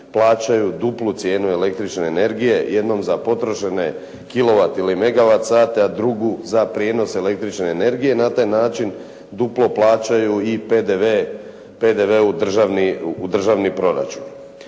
plaćaju duplu cijenu električne energije, jednu za potrošene kilovat ili megawat sate, a drugu za prijenos električne energije. Na taj način duplo plaćaju i PDV u državni proračun.